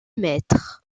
mètres